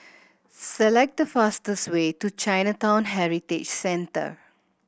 select the fastest way to Chinatown Heritage Centre